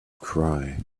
cry